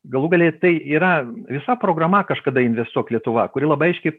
galų gale tai yra visa programa kažkada investuok lietuva kuri labai aiškiai